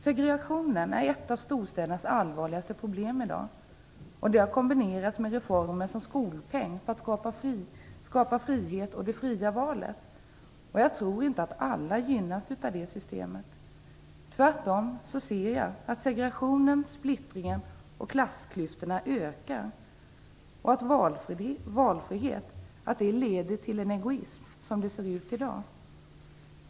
Segregationen är ett av storstädernas allvarligaste problem i dag. Det har kombinerats med skolpengsreformen, en reform som genomfördes för att man skulle skapa valfrihet. Jag tror inte att alla gynnas av det systemet. Tvärtom ser jag att segregationen, splittringen och klassklyftorna ökar. Valfrihet leder till en egoism, som det ser ut i dag.